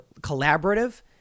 collaborative